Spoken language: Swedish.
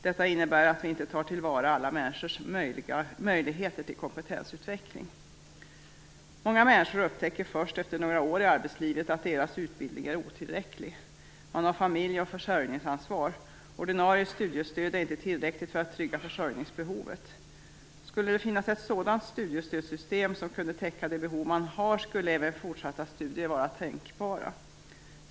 Detta innebär att vi inte tar till vara alla människors möjlighet till kompetensutveckling. Många människor upptäcker först efter några år i arbetslivet att deras utbildning är otillräcklig. Man har familj och försörjningsansvar. Ordinarie studiestöd är inte tillräckligt för att trygga försörjningsbehovet. Skulle det finnas ett sådant studiestödssystem som kunde täcka de behov man har, skulle även fortsatta studier vara tänkbara.